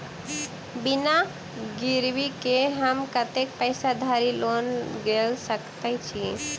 बिना गिरबी केँ हम कतेक पैसा धरि लोन गेल सकैत छी?